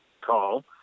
call